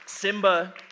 Simba